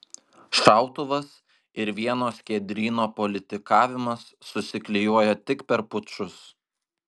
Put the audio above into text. šautuvas ir vieno skiedryno politikavimas susiklijuoja tik per pučus